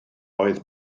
oedd